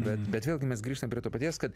bet bet vėlgi mes grįžtam prie to paties kad